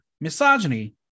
misogyny